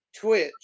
twitch